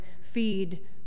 Feed